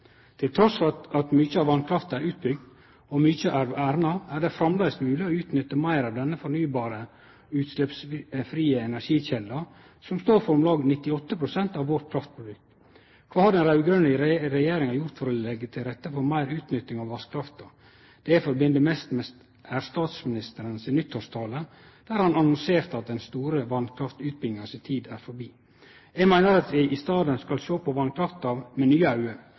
Trass i at mykje av vasskrafta er utbygd og mykje er verna, er det framleis mogleg å utnytte meir av denne fornybare, utsleppsfrie energikjelda, som står for om lag 98 pst. av vårt kraftforbruk. Kva har den raud-grøne regjeringa gjort for å leggje til rette for meir utnytting av vasskrafta? Det eg tenkjer mest på, er statsministeren si nyttårstale der han annonserte at tida for dei store vasskraftutbyggingane er forbi. Eg meiner at vi i staden skal sjå på vasskrafta med nye